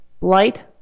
light